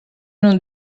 não